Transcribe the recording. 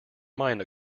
mind